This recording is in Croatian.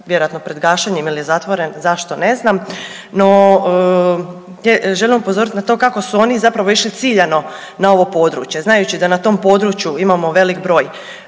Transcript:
vjerojatno pred gašenjem jer je zatvoren, zašto ne znam, no želim upozoriti na to kako su oni zapravo išli ciljano na ovo područje znajući da na tom području imamo velik broj